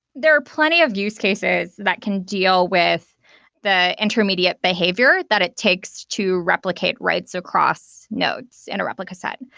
there are plenty of use cases that can deal with that intermediate behavior that it takes to replicate writes across nodes in a replica set.